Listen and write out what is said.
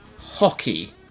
hockey